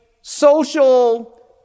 social